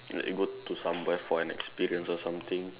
like you go to somewhere for an experience or something